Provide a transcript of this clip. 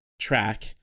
track